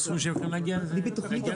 טוב.